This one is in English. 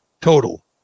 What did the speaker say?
total